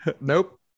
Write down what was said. nope